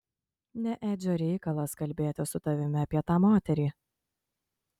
ne edžio reikalas kalbėti su tavimi apie tą moterį